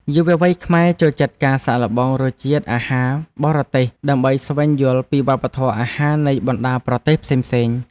យុវវ័យខ្មែរចូលចិត្តការសាកល្បងរសជាតិអាហារបរទេសដើម្បីស្វែងយល់ពីវប្បធម៌អាហារនៃបណ្តាប្រទេសផ្សេងៗ។